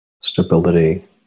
stability